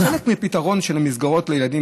זה חלק מהפתרון של המסגרות לילדים